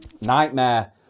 nightmare